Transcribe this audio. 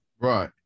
Right